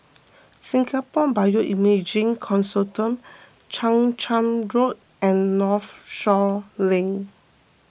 Singapore Bioimaging Consortium Chang Charn Road and Northshore Link